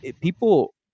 people